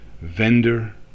vendor